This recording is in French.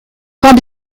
quand